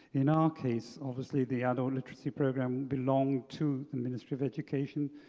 in our case obviously the adult literacy program, belong to the ministry of education.